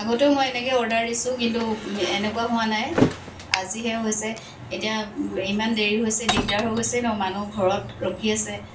আগতেও মই এনেকৈ অৰ্ডাৰ দিছোঁ কিন্তু এনেকুৱা হোৱা নাই আজিহে হৈছে এতিয়া ইমান দেৰি হৈছে দিগদাৰ হৈ গৈছে ন মানুহ ঘৰত ৰখি আছে